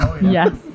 yes